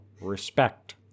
respect